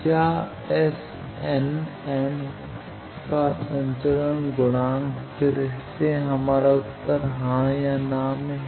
क्या Snm का संचरण गुणांक है फिर से हमारा उत्तर हां या ना में है